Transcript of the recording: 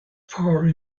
power